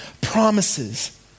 Promises